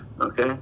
Okay